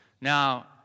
Now